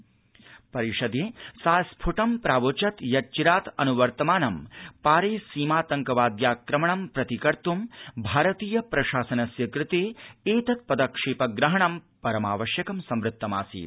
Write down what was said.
सा परिषदि स्फुटं प्रावोचत् यच्चिरात् अनुवर्तमानं पारेसीमातंकवाद्याक्रमणं प्रतिकर्तू भारतीय प्रशासनस्य कृते एतत् पदक्षेप ग्रहणं परमावश्यकं संवत्तम् आसीत्